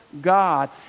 God